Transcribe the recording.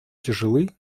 тяжелы